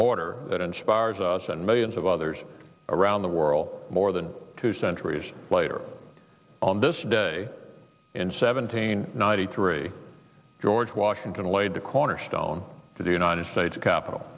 mortar that inspires us and millions of others around the world more than two centuries later on this day in seventeen ninety three george washington laid the cornerstone for the united states capitol